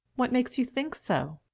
what makes you think so?